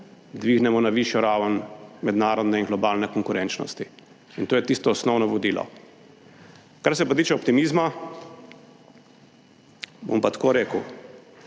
dvignemo na višjo raven mednarodne in globalne konkurenčnosti. In to je tisto osnovno vodilo. Kar se pa tiče optimizma, bom pa tako rekel,